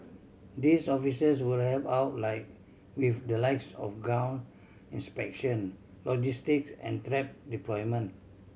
these officers will help out like with the likes of ground inspection logistics and trap deployment